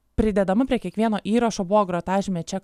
pridedama prie kiekvieno įrašo buvo grotažymė čia